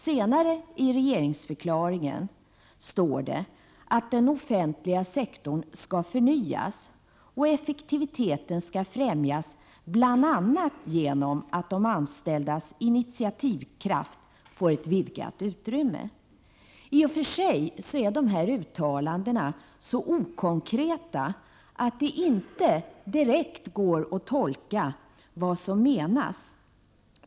Senare i regeringsförklaringen står det att den offentliga sektorn skall förnyas och att effektiviteten skall främjas bl.a. genom att de anställdas initiativkraft får ett vidgat utrymme. I och för sig är dessa uttalanden så okonkreta att det inte direkt går att tolka vad som menas.